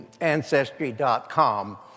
Ancestry.com